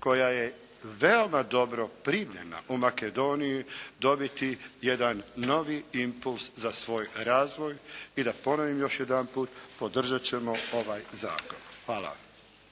koja je veoma dobro primljena u Makedoniji, dobiti jedan novi impuls za svoj razvoj i da ponovim još jedanput, podržati ćemo ovaj zakon. Hvala.